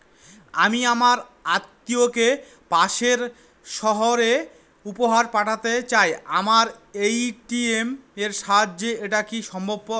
আমি আমার আত্মিয়কে পাশের সহরে উপহার পাঠাতে চাই আমার এ.টি.এম এর সাহায্যে এটাকি সম্ভবপর?